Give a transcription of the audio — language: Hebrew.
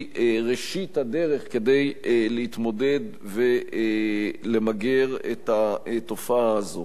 היא ראשית הדרך כדי להתמודד ולמגר את התופעה הזאת.